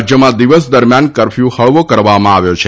રાજયમાં દિવસ દરમિયાન કરફ્યુ હળવો કરવામાં આવ્યો છે